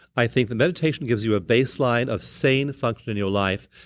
i think that meditation gives you a baseline of sane function in your life,